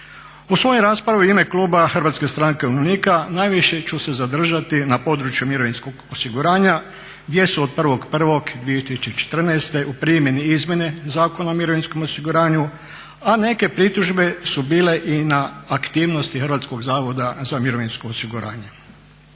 U svojoj raspravi u ime kluba Hrvatske stranke umirovljenika najviše ću se zadržati na području mirovinskog osiguranja gdje su od 1.1.2014. u primjeni izmjene Zakona o mirovinskom osiguranju, a neke pritužbe su bile i na aktivnosti Hrvatskog zavoda za mirovinsko osiguranje.